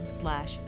slash